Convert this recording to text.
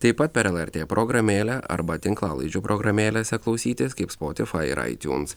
taip pat per lrt programėlę arba tinklalaidžių programėlėse klausytis kaip spotify ir itunes